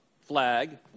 flag